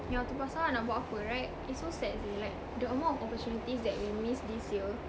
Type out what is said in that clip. yeah itu pasal ah nak buat apa right it's so sad seh like the amount of opportunities that we missed this year